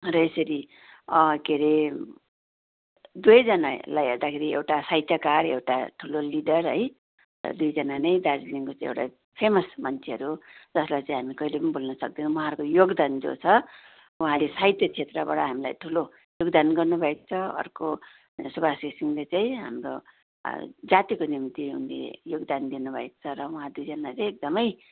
र यसरी के हरे दुवैजनालाई हेर्दाखेरि एउटा साहित्यकार एउटा ठुलो लिडर है दुईजना नै दार्जिलिङको चाहिँ एउटा फेमस मन्छेहरू जसलाई चाहिँ हामी कहिले पनि भुल्न सक्दैनौँ उहाँहरूको योगदान जो छ उहाँले साहित्य क्षेत्रबाट हामीलाई ठुलो योगदान गर्नु भएको छ अर्को सुबास घिसिङले चाहिँ हाम्रो जातिको निम्ति उनले योगदान दिनु भएको छ र उहाँ दुईजना चाहिँ एकदमै